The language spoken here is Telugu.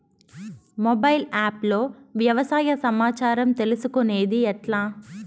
మొబైల్ ఆప్ లో వ్యవసాయ సమాచారం తీసుకొనేది ఎట్లా?